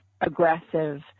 aggressive